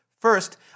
First